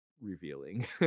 revealing